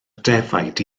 defaid